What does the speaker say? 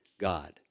God